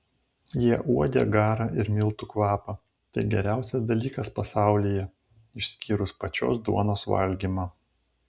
jie uodė garą ir miltų kvapą tai geriausias dalykas pasaulyje išskyrus pačios duonos valgymą